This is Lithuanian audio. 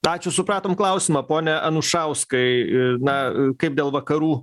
ačiū supratom klausimą pone anušauskai na kaip dėl vakarų